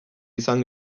izan